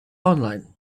online